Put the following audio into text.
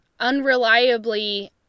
unreliably